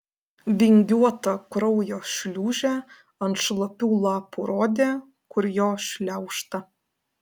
vingiuota kraujo šliūžė ant šlapių lapų rodė kur jo šliaužta